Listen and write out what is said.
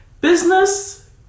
business